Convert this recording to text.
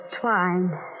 twine